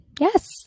yes